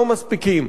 לא מספיקים.